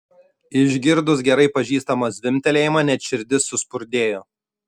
išgirdus gerai pažįstamą zvimbtelėjimą net širdis suspurdėjo